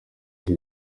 icyo